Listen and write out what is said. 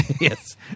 Yes